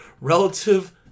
relative